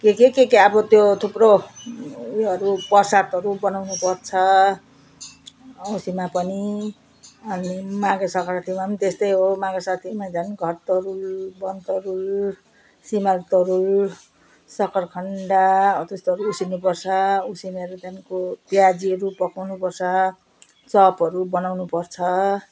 के के के अब त्यो थुप्रो उयोहरू प्रसादहरू बनाउनु पर्छ औँसीमा पनि अनि माघे सङ्क्रान्तिमा नि त्यस्तै हो माघे सङ्क्रान्तिमा झन् घर तरुल वन तरुल सिमल तरुल सखरखन्डा हौ त्यस्तोहरू उसिन्नु पर्छ उसिनेर त्यहाँदेखिको प्याजीहरू पकाउनु पर्छ चपहरू बनाउनु पर्छ